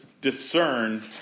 discern